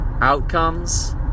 outcomes